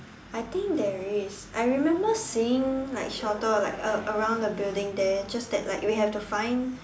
I think there is I remember seeing like shelter like a~ around the building there just that like we had to find